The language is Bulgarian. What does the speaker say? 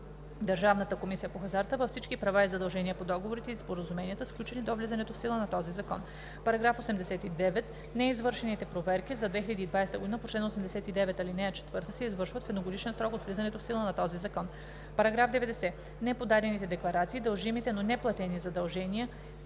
Държавната комисия по хазарта във всички права и задължения по договорите и споразуменията, сключени до влизането в сила на този закон. § 89. Неизвършените проверки за 2020 г. по чл. 89, ал. 4 се извършват в едногодишен срок от влизането в сила на този закон. § 90. Неподадените декларации, дължимите, но неплатени задължения